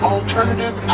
Alternative